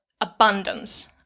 abundance